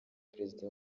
perezida